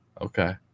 okay